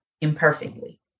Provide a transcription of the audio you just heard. imperfectly